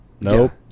nope